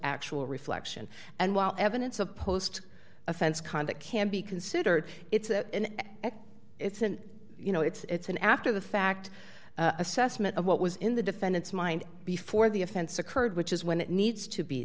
actual reflection and while evidence of post offense conduct can be considered it's an it's an you know it's an after the fact assessment of what was in the defendant's mind before the offense occurred which is when it needs to be